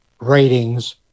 ratings